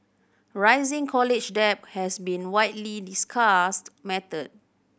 rising college debt has been a widely discussed matter